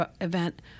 event